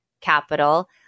capital